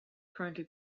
currently